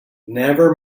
never